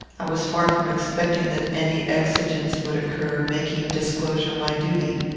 i was far from expecting that any exigence would occur, making disclosure my duty.